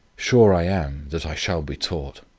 sure i am, that i shall be taught.